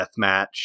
deathmatch